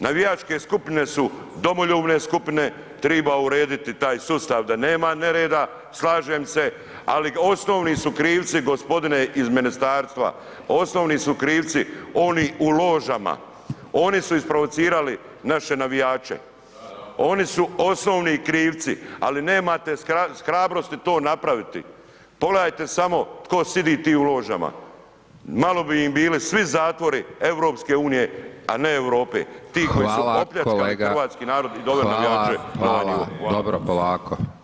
Navijačke skupine su domoljubne skupine, triba urediti taj sustav da nema nereda, slažem se, ali osnovi su krivci gospodine iz ministarstva, osnovni su krivci oni u ložama oni su isprovocirali naše navijače, oni su osnovni krivci, ali nemate hrabrosti to napraviti, pogledajte samo tko sidi ti u ložama, malo bi im bili svi zatvori EU, a ne Europe [[Upadica: Hvala kolega]] ti koji su opljačkali hrvatski narod [[Upadica: Hvala, hvala]] i doveli navijače na ovaj nivo.